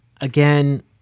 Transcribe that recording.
Again